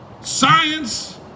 science